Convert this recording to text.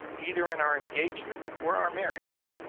either in our engagement or our marriage,